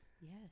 Yes